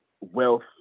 wealth